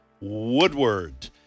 Woodward